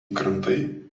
krantai